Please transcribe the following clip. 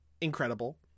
incredible